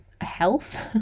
health